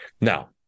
Now